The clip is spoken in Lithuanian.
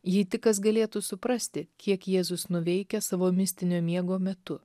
jį tik kas galėtų suprasti kiek jėzus nuveikęs savo mistinio miego metu